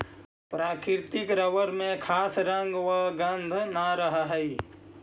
प्राकृतिक रबर में खास रंग व गन्ध न रहऽ हइ